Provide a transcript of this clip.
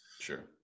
Sure